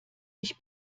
ich